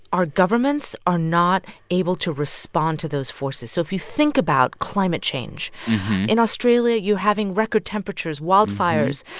our governments are not able to respond to those forces so if you think about climate change in australia, you're having record temperatures, wildfires.